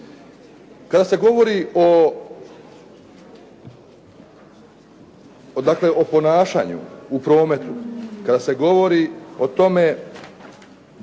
Kada se govori o ponašanju u prometu, kada se govori o prometnoj